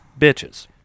bitches